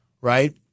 right